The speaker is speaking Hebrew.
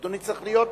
אדוני צריך להיות כאן,